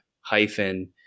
Hyphen